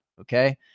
okay